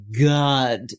God